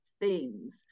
themes